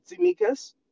Zimikas